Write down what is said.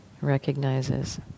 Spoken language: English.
Recognizes